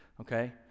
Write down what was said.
okay